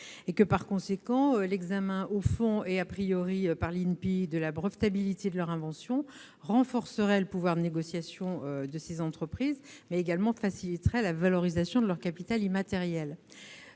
Par conséquent, l'examen au fond et par l'INPI de la brevetabilité de leurs inventions renforcerait le pouvoir de négociation de ces entreprises et faciliterait la valorisation de leur capital immatériel.